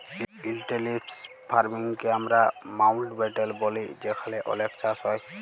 intensive farming কে আমরা মাউল্টব্যাটেল ব্যলি যেখালে অলেক চাষ হ্যয়